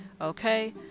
Okay